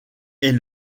est